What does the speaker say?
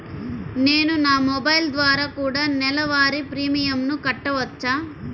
నేను నా మొబైల్ ద్వారా కూడ నెల వారి ప్రీమియంను కట్టావచ్చా?